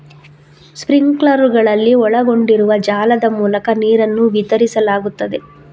ಸ್ಪ್ರಿಂಕ್ಲರುಗಳಲ್ಲಿ ಒಳಗೊಂಡಿರುವ ಜಾಲದ ಮೂಲಕ ನೀರನ್ನು ವಿತರಿಸಲಾಗುತ್ತದೆ